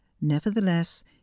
nevertheless